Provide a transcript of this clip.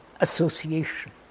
association